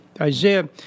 Isaiah